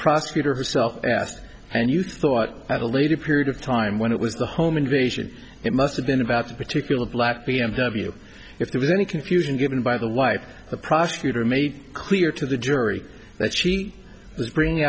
prosecutor herself asked and you thought at a later period of time when it was the home invasion it must have been about that particular black b m w if there was any confusion given by the wife the prosecutor made clear to the jury that she was bringing